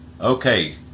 Okay